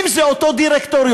אם זה אותו דירקטוריון,